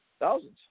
Thousands